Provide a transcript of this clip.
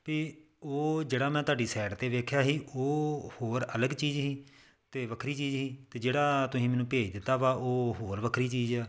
ਵੀ ਉਹ ਜਿਹੜਾ ਮੈਂ ਤੁਹਾਡੀ ਸਾਈਟ 'ਤੇ ਵੇਖਿਆ ਸੀ ਉਹ ਹੋਰ ਅਲੱਗ ਚੀਜ਼ ਸੀ ਅਤੇ ਵੱਖਰੀ ਚੀਜ਼ ਸੀ ਅਤੇ ਜਿਹੜਾ ਤੁਸੀਂ ਮੈਨੂੰ ਭੇਜ ਦਿੱਤਾ ਵਾ ਉਹ ਹੋਰ ਵੱਖਰੀ ਚੀਜ਼ ਆ